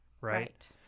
Right